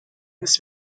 this